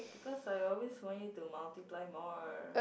because I always want you to multiply more